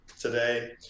today